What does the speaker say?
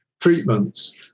treatments